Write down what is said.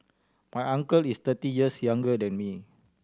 my uncle is thirty years younger than me